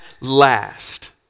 Last